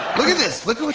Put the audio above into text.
look at this. look